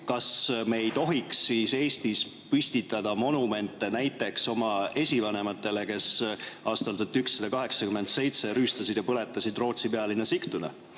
kas me ei tohiks siis Eestis püstitada monumente näiteks oma esivanematele, kes aastal 1187 rüüstasid ja põletasid Rootsi pealinna Sigtuna,